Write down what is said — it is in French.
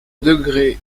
degré